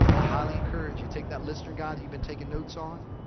ah highly encourage you. take that listener guide that you've been taking notes on.